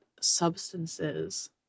substances